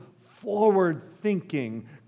forward-thinking